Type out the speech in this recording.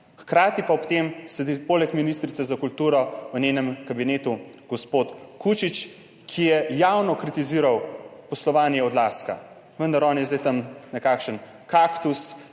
hkrati pa ob tem sedi poleg ministrice za kulturo v njenem kabinetu gospod Kučič, ki je javno kritiziral poslovanje Odlazka. Vendar on je zdaj tam nekakšen kaktus,